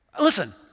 Listen